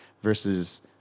versus